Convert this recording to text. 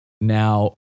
Now